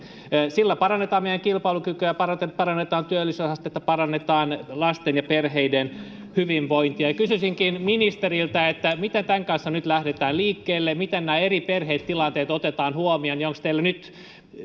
sillä parannetaan meidän kilpailukykyä ja parannetaan työllisyysastetta parannetaan lasten ja perheiden hyvinvointia kysyisinkin ministeriltä miten tämän kanssa nyt lähdetään liikkeelle miten nämä eri perhetilanteet otetaan huomioon ja onko teillä nyt